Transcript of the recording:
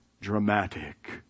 dramatic